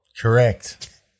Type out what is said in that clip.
Correct